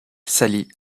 sally